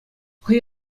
хӑй